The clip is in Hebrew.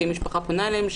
שאם משפחה פונה אליהם,